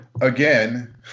again